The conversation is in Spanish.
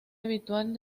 habitual